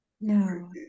No